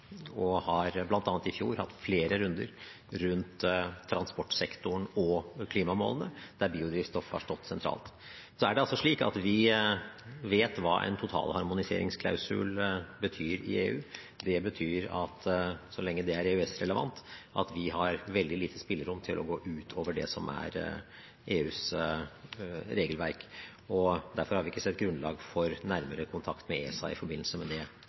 og har bl.a. i fjor hatt flere runder rundt transportsektoren og klimamålene, der biodrivstoff har stått sentralt. Vi vet hva en totalharmoniseringsklausul betyr i EU. Det betyr at så lenge det er EØS-relevant, har vi veldig lite spillerom til å gå utover det som er EUs regelverk. Derfor har vi ikke sett at det er noe grunnlag for nærmere kontakt med ESA i forbindelse med det